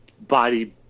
body